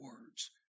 words